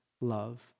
love